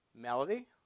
Melody